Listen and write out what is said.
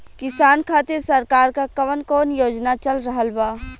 किसान खातिर सरकार क कवन कवन योजना चल रहल बा?